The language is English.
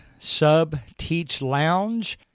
subteachlounge